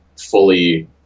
fully